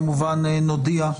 מכובדיי,